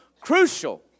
crucial